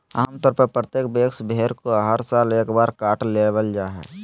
आम तौर पर प्रत्येक वयस्क भेड़ को हर साल एक बार काट लेबल जा हइ